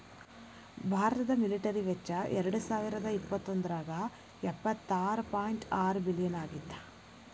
ಭಾರತದ ಮಿಲಿಟರಿ ವೆಚ್ಚ ಎರಡಸಾವಿರದ ಇಪ್ಪತ್ತೊಂದ್ರಾಗ ಎಪ್ಪತ್ತಾರ ಪಾಯಿಂಟ್ ಆರ ಬಿಲಿಯನ್ ಆಗಿತ್ತ